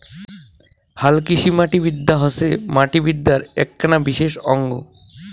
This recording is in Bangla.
হালকৃষিমাটিবিদ্যা হসে মাটিবিদ্যার এ্যাকনা বিশেষ অঙ্গ